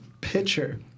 picture